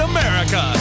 America